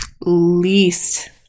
least